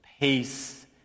peace